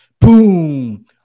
Boom